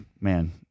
man